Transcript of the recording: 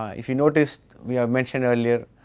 if you notice, we have mentioned earlier uhh